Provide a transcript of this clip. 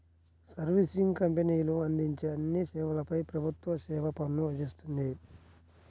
servicing కంపెనీలు అందించే అన్ని సేవలపై ప్రభుత్వం సేవా పన్ను విధిస్తుంది